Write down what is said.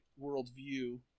worldview